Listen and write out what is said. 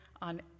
On